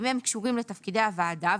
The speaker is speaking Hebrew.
אם הם קשורים לתפקידי הוועדה,